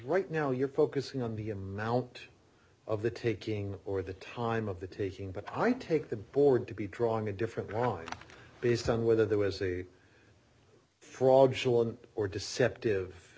right now you're focusing on the amount of the taking or the time of the taking but i take the board to be drawing a different point based on whether there was a fault she will or deceptive